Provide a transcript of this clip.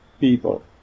people